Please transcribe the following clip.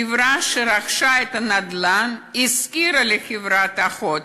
החברה שרכשה את הנדל"ן השכירה לחברה האחות.